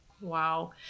Wow